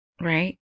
right